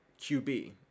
QB